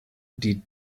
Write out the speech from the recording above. die